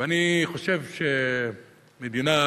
ואני חושב שמדינה,